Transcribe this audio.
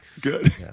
Good